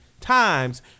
times